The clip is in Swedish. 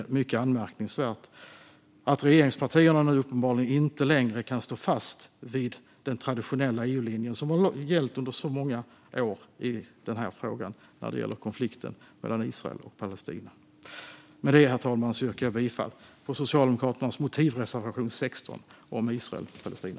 Uppenbarligen kan regeringspartierna nu inte längre stå fast vid den traditionella EU-linje som gällt under så många år i fråga om konflikten mellan Israel och Palestina. Med det, herr talman, yrkar jag bifall till Socialdemokraternas motivreservation 16 om Israel och Palestina.